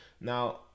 Now